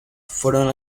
fueron